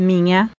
Minha